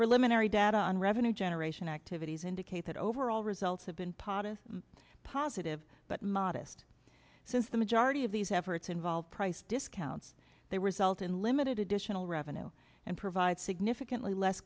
preliminary data on revenue generation activities indicate that overall results have been potus positive but modest since the majority of these efforts involve price discounts they result in limited additional revenue and provide significantly less